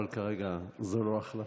אבל כרגע זו לא החלטה.